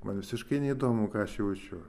man visiškai neįdomu ką aš jaučiu